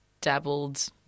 dabbled